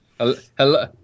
Hello